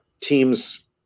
teams